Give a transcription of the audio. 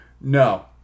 No